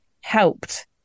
helped